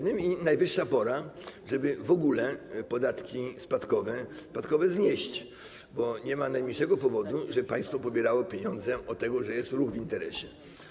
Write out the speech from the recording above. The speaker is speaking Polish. Najwyższa pora, żeby w ogóle podatki spadkowe znieść, bo nie ma najmniejszego powodu, żeby państwo pobierało pieniądze od tego, że jest ruch w interesie.